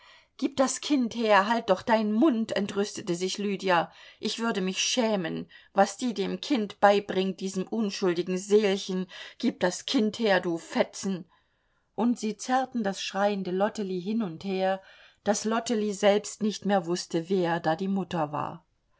gib das kind her halt doch deinen mund entrüstete sich lydia ich würde mich schämen was die dem kind beibringt diesem unschuldigen seelchen gib das kind her du fetzen und sie zerrten das schreiende lottely hin und her daß lottely selbst nicht mehr wußte wer da die mutter war